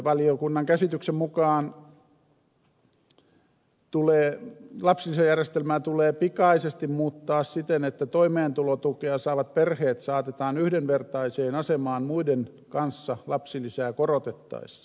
valiokunnan käsityksen mukaan lapsilisäjärjestelmää tulee pikaisesti muuttaa siten että toimeentulotukea saavat perheet saatetaan yhdenvertaiseen asemaan muiden kanssa lapsilisää korotettaessa